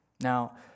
Now